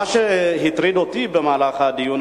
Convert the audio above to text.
מה שהטריד אותי במהלך הדיון,